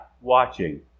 watching